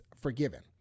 forgiven